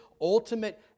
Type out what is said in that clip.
ultimate